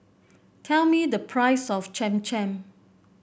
tell me the price of Cham Cham